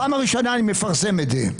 פעם ראשונה אני מפרסם את זה.